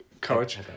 coach